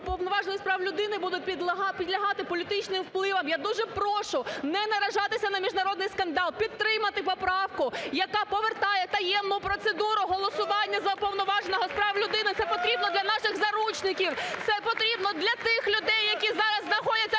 Уповноважений з прав людини буде підлягати політичним впливам. Я дуже прошу не наражатися на міжнародний скандал, підтримати поправку, яка повертає таємну процедуру голосування за Уповноваженого з прав людини. Це потрібно для наших заручників, це потрібно для тих людей, які зараз знаходяться